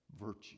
virtue